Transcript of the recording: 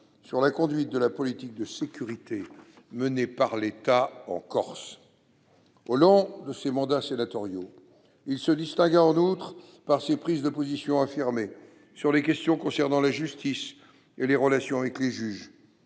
sur la conduite de la politique de sécurité menée par l'État en Corse. Au long de ses mandats sénatoriaux, il se distingua en outre par ses prises de position affirmées sur les questions concernant la justice et les relations avec les juges,